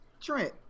Trent